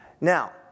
Now